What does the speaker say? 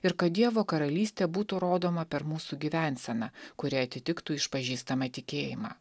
ir kad dievo karalystė būtų rodoma per mūsų gyvenseną kuri atitiktų išpažįstamą tikėjimą